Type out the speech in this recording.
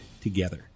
together